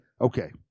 okay